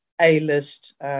A-list